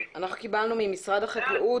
קיבלנו ממשרד החקלאות,